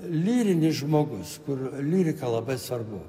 lyrinis žmogus kur lyrika labai svarbu